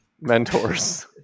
mentors